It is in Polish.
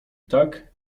tak